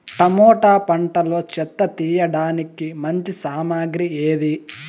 Tomato పంటలో చెత్త తీయడానికి మంచి సామగ్రి ఏది?